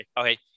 Okay